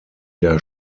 der